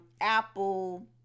apple